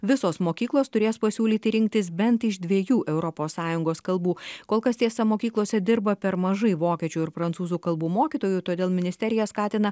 visos mokyklos turės pasiūlyti rinktis bent iš dviejų europos sąjungos kalbų kol kas tiesa mokyklose dirba per mažai vokiečių ir prancūzų kalbų mokytojų todėl ministerija skatina